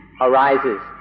arises